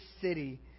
city